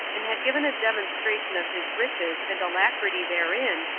and had given a demonstration of his riches and alacrity therein,